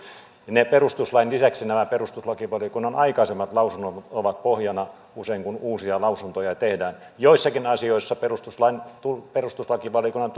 perustuslain lisäksi nämä perustuslakivaliokunnan aikaisemmat lausunnot ovat pohjana usein kun uusia lausuntoja tehdään joissakin asioissa perustuslakivaliokunnan